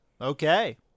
Okay